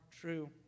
true